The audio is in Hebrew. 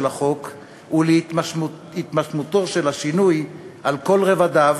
החוק ולהתממשותו של השינוי על כל רבדיו,